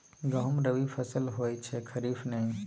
गहुम रबी फसल होए छै खरीफ नहि